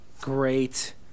great